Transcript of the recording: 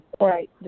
Right